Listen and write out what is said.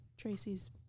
Tracy's